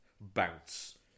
bounce